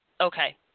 Okay